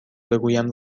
بگویم